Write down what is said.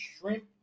shrimp